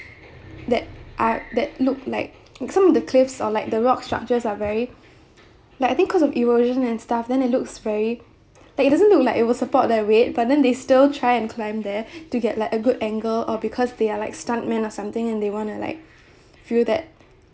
that are that looked like some of the cliffs or like the rock structures are very like I think cause of erosion and stuff then it looks very like it doesn't look like it will support their weight but then they still try and climb there to get like a good angle or because they are like stunt men or something and they want to like feel that